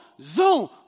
zoom